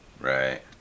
right